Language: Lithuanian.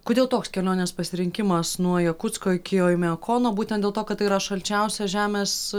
kodėl toks kelionės pasirinkimas nuo jakutsko iki oimiakono būtent dėl to kad tai yra šalčiausia žemės